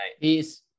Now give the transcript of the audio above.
Peace